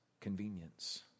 Convenience